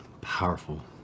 powerful